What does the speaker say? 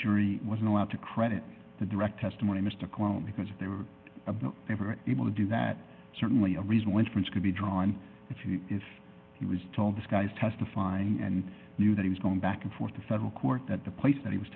jury was no out to credit the direct testimony mr grant because they were never able to do that certainly a reason when france could be drawn if you if he was told this guy's testifying and knew that he was going back and forth to federal court that the place that he was